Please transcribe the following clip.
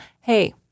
hey